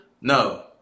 No